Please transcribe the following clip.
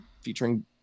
Featuring